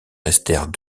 restèrent